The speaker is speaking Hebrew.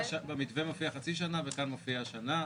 במתווה מופיע חצי שנה וכאן מופיע שנה.